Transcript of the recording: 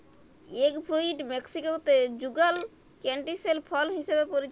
egg fruit মেক্সিকোতে যুগাল canistel ফল হিসেবে পরিচিত